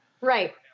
Right